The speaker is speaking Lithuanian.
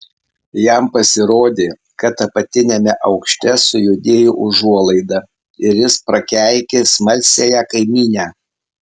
jam pasirodė kad apatiniame aukšte sujudėjo užuolaida ir jis prakeikė smalsiąją kaimynę